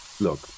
Look